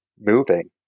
moving